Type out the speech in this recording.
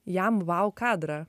jam vau kadrą